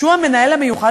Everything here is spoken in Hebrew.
שהוא המנהל המיוחד,